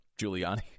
Giuliani